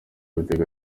bitega